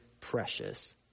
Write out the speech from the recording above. precious